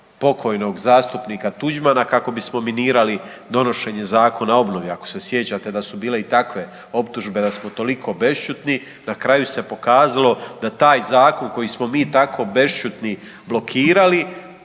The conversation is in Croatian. pokojnog zastupnika Tuđmana kako bismo minirali donošenje Zakona o obnovi, ako se sjećate da su bile i takve optužbe da smo toliko bešćutni. Na kraju se pokazalo da taj zakon koji smo mi tako bešćutni blokirali